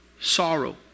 sorrow